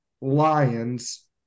Lions